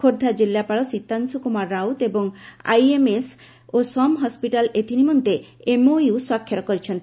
ଖୋର୍ବ୍ଧା ଜିଲ୍ଲାପାଳ ସୀତାଂଶୁ କୁମାର ରାଉତ ଏବଂ ଆଇଏମ୍ଏସ୍ ଓ ସମ୍ ହୱିଟାଲ୍ ଏଥିନିମନ୍ତେ ଏମ୍ଓୟୁ ସ୍ୱାକ୍ଷର କରିଛନ୍ତି